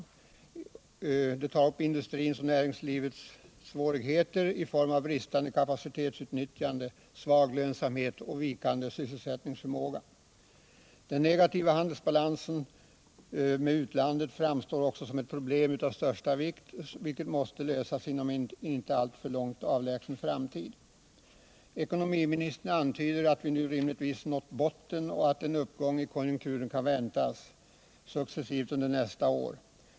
Betänkandet tar upp industrins och näringslivets svårigheter i form av bristande kapacitetsutnyttjande, svag lönsamhet och vikande sysselsättningsförmåga. Den negativa handelsbalansen med utlandet framstår också som ett problem av största vikt, vilket måste lösas inom en inte alltför avlägsen framtid. Ekonomiministern antyder att vi nu rimligtvis nått botten och att en uppgång i konjunkturen kan väntas successivt under nästa år.